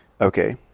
okay